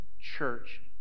church